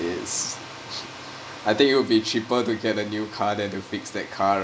ah yes I think it'll be cheaper to get a new car than to fix that car